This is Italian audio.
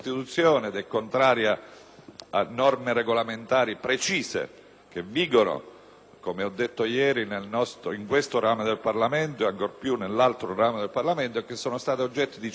a norme regolamentari precise che vigono, come ho detto ieri, in questo e ancor di più nell'altro ramo del Parlamento e che sono state oggetto di censure precise